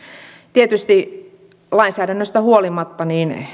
tietysti lainsäädännöstä huolimatta